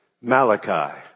Malachi